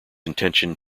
intention